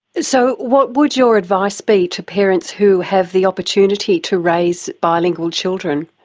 so what would your advice be to parents who have the opportunity to raise bilingual children?